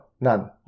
none